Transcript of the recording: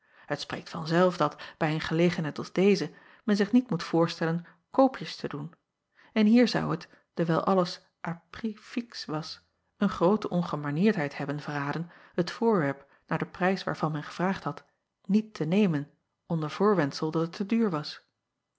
et spreekt van zelf dat bij een gelegenheid als deze men zich niet moet voorstellen koopjes te doen en hier zou het dewijl alles à prix fixe was een groote ongemanierdheid hebben verraden het voorwerp naar den prijs waarvan men gevraagd had niet te nemen onder voorwendsel dat het te duur was